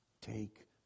take